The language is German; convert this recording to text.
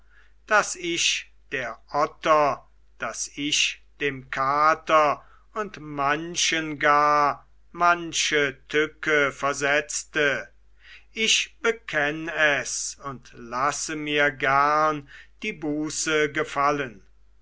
daß ich der otter daß ich dem kater und manchen gar manche tücke versetzte ich bekenn es und lasse mir gern die buße gefallen